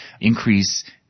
increase